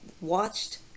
watched